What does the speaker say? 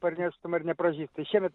parnešt ar nepražįs